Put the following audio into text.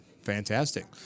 fantastic